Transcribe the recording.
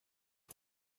如此